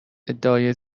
ادعای